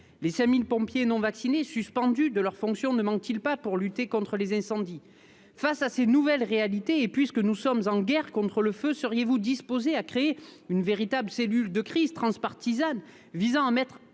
Les 5 000 pompiers non vaccinés, suspendus de leurs fonctions, ne manquent-ils pas pour lutter contre les incendies ? Face à ces nouvelles réalités, puisque nous sommes en guerre contre le feu, seriez-vous disposée à créer une véritable cellule de crise transpartisane visant à mettre